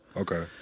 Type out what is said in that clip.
Okay